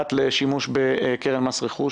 שנוגעת לשימוש בקרן מס רכוש,